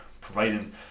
providing